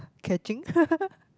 catching